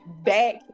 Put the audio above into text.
back